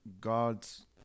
God's